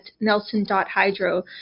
nelson.hydro